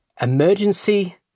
emergency